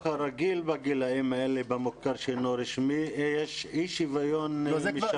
גם בחינוך הרגיל בגילאים האלה במוכר שאינו רשמי יש אי שיוון משווע.